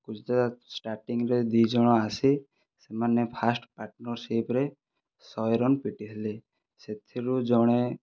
ଗୁଜୁରାତ ଷ୍ଟାଟିଙ୍ଗରେ ଦୁଇ ଜଣ ଆସି ସେମାନେ ଫାଷ୍ଟ ପାର୍ଟନରସିପରେ ଶହେ ରନ ପିଟିଥିଲେ ସେଥିରୁ ଜଣେ